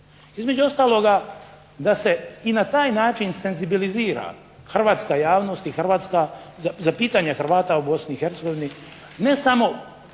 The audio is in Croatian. Između ostaloga da se i na taj način senzibilizira hrvatska javnost i Hrvatska za pitanje Hrvata u Bosni i